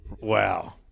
Wow